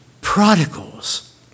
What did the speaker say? prodigals